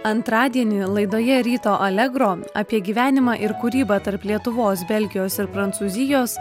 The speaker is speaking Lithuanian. antradienį laidoje ryto alegro apie gyvenimą ir kūrybą tarp lietuvos belgijos ir prancūzijos